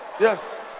Yes